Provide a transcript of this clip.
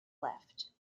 left